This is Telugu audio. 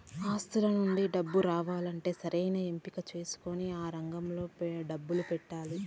ఆస్తుల నుండి డబ్బు రావాలంటే సరైన ఎంపిక చేసుకొని ఆ రంగంలో డబ్బు పెట్టాలి